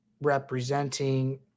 representing